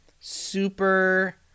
Super